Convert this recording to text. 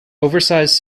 oversized